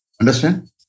Understand